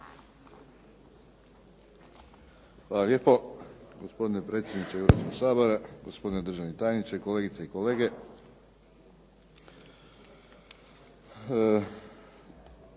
Hvala lijepo. Gospodine predsjedniče Hrvatskog sabora, gospodine državni tajniče, kolegice i kolege.